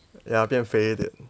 ya 变肥一点